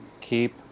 keep